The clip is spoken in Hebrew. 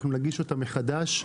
אנחנו נגיש אותה מחדש.